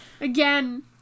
again